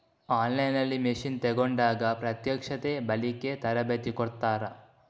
On line ನಲ್ಲಿ machine ತೆಕೋಂಡಾಗ ಪ್ರತ್ಯಕ್ಷತೆ, ಬಳಿಕೆ, ತರಬೇತಿ ಕೊಡ್ತಾರ?